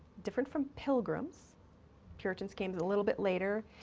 different from pilgrims puritans came a little bit later